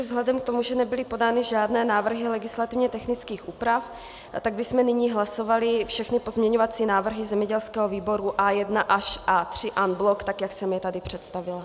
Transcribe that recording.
Vzhledem k tomu, že nebyly podány žádné návrhy legislativně technických úprav, tak bychom nyní hlasovali všechny pozměňovací návrhy zemědělského výboru A1 až A3 en bloc, tak jak jsem je tady představila.